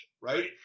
right